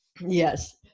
yes